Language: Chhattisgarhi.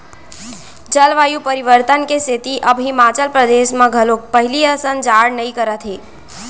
जलवायु परिवर्तन के सेती अब हिमाचल परदेस म घलोक पहिली असन जाड़ नइ करत हे